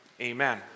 Amen